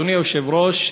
אדוני היושב-ראש,